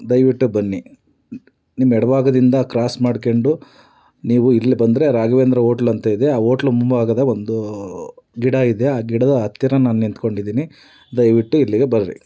ದಯವಿಟ್ಟು ಬನ್ನಿ ನಿಮ್ಮ ಎಡ ಭಾಗದಿಂದ ಕ್ರಾಸ್ ಮಾಡ್ಕೊಂಡು ನೀವು ಇಲ್ಲಿ ಬಂದರೆ ರಾಘವೇಂದ್ರ ಓಟ್ಲು ಅಂತ ಇದೆ ಆ ಓಟ್ಲು ಮುಂಭಾಗದ ಒಂದು ಗಿಡ ಇದೆ ಆ ಗಿಡದ ಹತ್ತಿರ ನಾನು ನಿಂತ್ಕೊಂಡಿದ್ದೀನಿ ದಯವಿಟ್ಟು ಇಲ್ಲಿಗೆ ಬರ್ರಿ